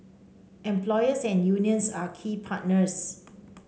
employers and unions are key partners